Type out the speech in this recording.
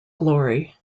glory